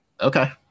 okay